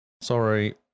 Sorry